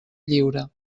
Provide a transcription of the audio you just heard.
lliure